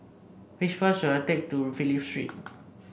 which bus should I take to Phillip Street